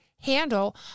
handle